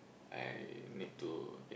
I need to